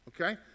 Okay